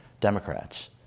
Democrats